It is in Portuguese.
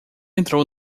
entrou